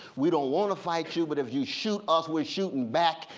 we don't want to fight you but if you shoot us we're shooting back.